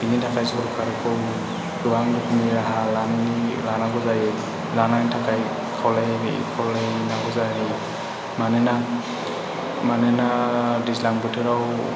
बिनि थाखाय सोरखारखौ गोबां रोखोमनि राहा लानांगौ जायो लानायनि थाखाय खावलायनांगौ जायो मानोना दैज्लां बोथोराव